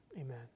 amen